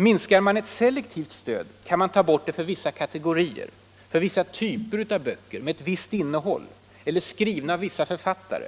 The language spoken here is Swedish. Minskar man ett selektivt stöd kan man ta bort det för vissa kategorier, vissa typer av böcker med visst innehåll eller skrivna av vissa författare